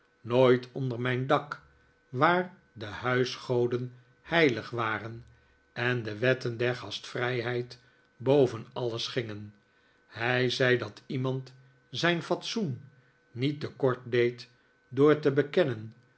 nooit onder mijn dak waar de huisgoden heilig waren en de wetten der gastvrijheid boven alles gingen hij zei dat iemand zijri fatsoen niet te kort deed door te bekennen